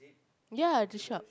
ya at the shop